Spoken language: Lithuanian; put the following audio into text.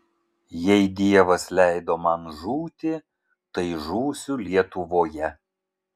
jei dievas leido man žūti tai žūsiu lietuvoje